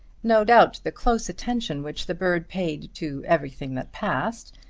no doubt the close attention which the bird paid to everything that passed,